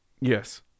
Yes